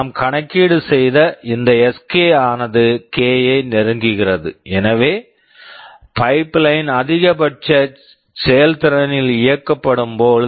நாம் கணக்கீடு செய்த இந்த Sk ஆனது கே k யை நெருங்குகிறது எனவே பைப்லைன் pipeline அதிகபட்ச செயல்திறனில் இயக்கப்படும் போது